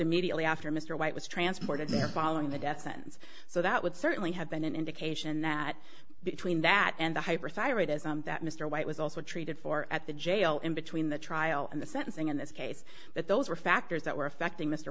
immediately after mr white was transported to following the death sentence so that would certainly have been an indication that between that and the hyperthyroidism that mr white was also treated for at the jail in between the trial and the sentencing in this case that those were factors that were affecting mr